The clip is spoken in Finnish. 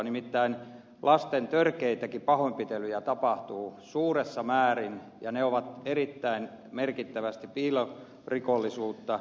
nimittäin lasten törkeitäkin pahoinpitelyjä tapahtuu suuressa määrin ja ne ovat erittäin merkittävästi piilorikollisuutta